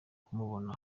kumubona